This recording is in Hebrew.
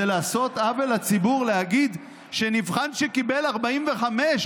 זה לעשות עוול לציבור להגיד שנבחן שקיבל 45,